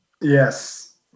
Yes